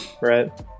Right